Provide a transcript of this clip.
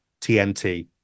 TNT